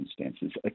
circumstances